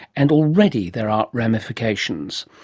and already there are ramifications.